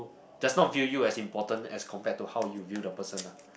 does not view you as important as compared to how you view the person ah